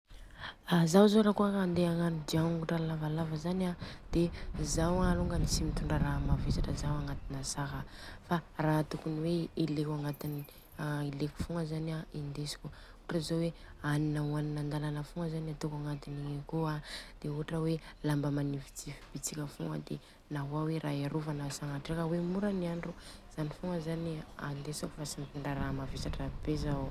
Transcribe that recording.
Zaho zô ra ohatra ka handeha agnano dia ongotra lavalava zany an de, Zao alôngany tsy mitondra ra mavesatra Zao agnatina saka fa raha tokony hoe ileko agnatiny an ileko fogna agna